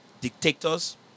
dictators